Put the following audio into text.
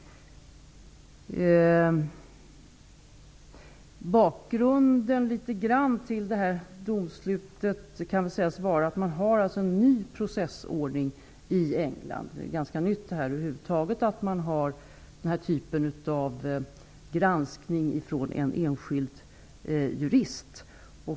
Bakgrunden till domslutet kan sägas vara att man har en ny processordning i England. Det är ganska nytt över huvud taget med den här typen av granskning från en enskild jurist.